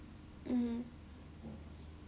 mmhmm